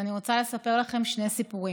ואני רוצה לספר לכם שני סיפורים.